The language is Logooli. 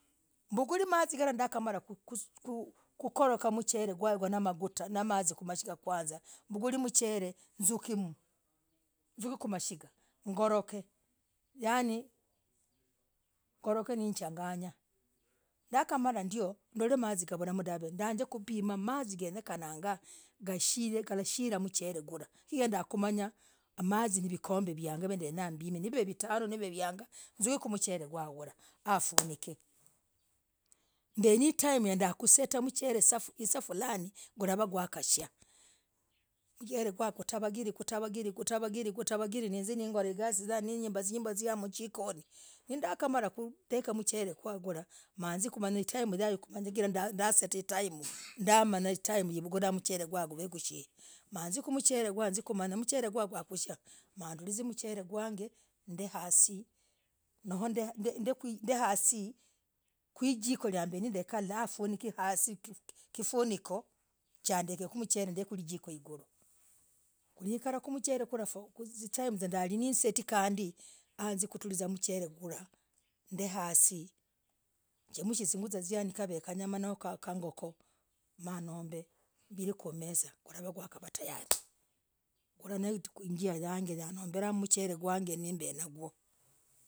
Mbuguleh, mazii galah. ndakamarah. kurogah, mazii gwah. namagitaa, mbuguleh, mchelee. zukeem. zukeem. kwamashigah. ngorong yanii, ngorong nee. changanyah, ndakamala, ndioo. ndolee. mazii. gavulahmm, dahvee. ziekubimah, mazii. ngenyekanangah, gashie. galashilah, mchelee. hulah, chigirah, ndakuumanya, hamazii n vikombee. viangaa. kuu. ndenya. mbime. nivee. vitano. niv viangaa. zukeem. kwamchel gwah. gulah. naa. funinikee. mbenii, time. ndakusetah, mchelee. hisaa. Fulaani, ngavagakashiya, mchelee. guwaah. gutavagir gutavagir gutavagiree. nizee. n golah. igasii, yaah mnyumbah. mjikonii, ndakamarah kudekah, mchel yaah, gulah. mazikunyaa, time. ndasetah, time. ndamanya, time. yakuseta, mchel gwah. guvee. gushii. maazuk mchel yaah ziekumanyamchel gwah, gwahkushah. ndavugulah, mchel yaah. t hasii noo. ndehasii. kujiko. chandeku mchel gunik mbuguleh zuguzah, yang yakavah, ingokhoo. Yani nizirah. yakundekah mchel gwahge.